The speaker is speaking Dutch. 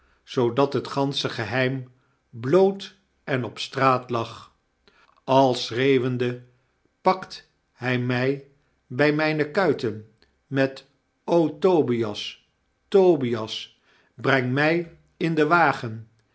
zoodat het gansche geheim bloot en op straat lag al schreeuwende pakt hy my by mijne kuiten met o tobias tobias breng my in den wagen